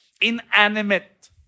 inanimate